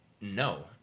no